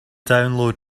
download